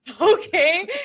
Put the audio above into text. okay